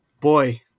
boy